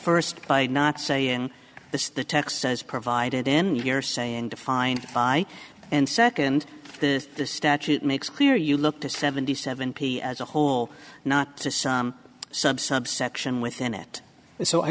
first by not saying this the text says provided in your saying defined by and second this the statute makes clear you looked seventy seven p as a whole not to some sub subsection within it so i